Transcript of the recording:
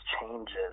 changes